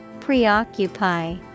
Preoccupy